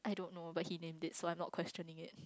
don't know but he named it so I'm not questioning it